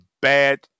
bad